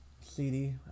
CD